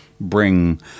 bring